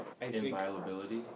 inviolability